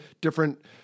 different